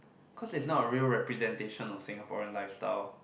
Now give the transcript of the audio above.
cause it's not a real representation of Singaporean lifestyle